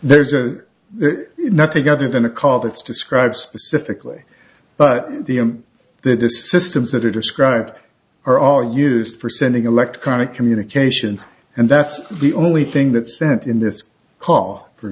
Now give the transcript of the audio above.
there's a nothing other than a call that's described specifically but the i'm that the systems that are described or are used for sending electronic communications and that's the only thing that sent in this call for